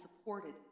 supported